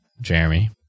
Jeremy